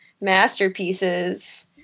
masterpieces